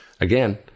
Again